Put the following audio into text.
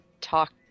talk